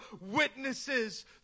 witnesses